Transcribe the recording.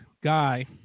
guy